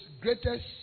greatest